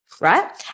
Right